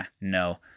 No